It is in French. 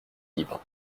libres